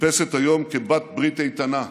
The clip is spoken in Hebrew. נתפסת היום כבת ברית איתנה,